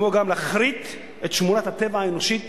וגם להכרית את שמורת הטבע האנושית